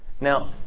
Now